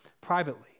privately